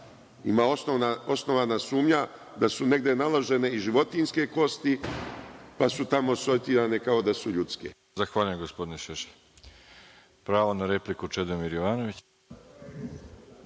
ima osnovana sumnja da su negde nalažene i životinjske kosti, pa su tamo sortirane kao da su ljudske.